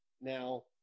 Now